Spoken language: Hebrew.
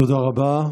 תודה רבה.